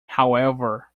however